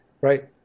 right